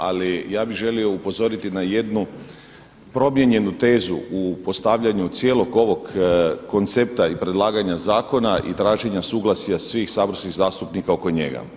Ali ja bih želio upozoriti na jednu promijenjenu tezu u postavljanju cijelog ovog koncepta i predlaganja zakona i traženja suglasja svih saborskih zastupnika oko njega.